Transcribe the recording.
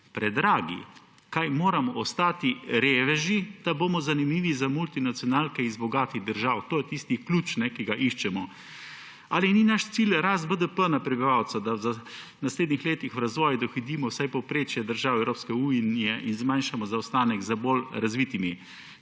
Predragi. Kaj moramo ostati reveži, da bomo zanimivi za multinacionalke iz bogatih držav?! To je tisti ključ, ki ga iščemo. Ali ni naš cilj rast BDP na prebivalca, da v naslednjih letih v razvoju dohitimo vsaj povprečje držav Evropske unije in zmanjšamo zaostanek za bolj razvitimi?